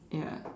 ya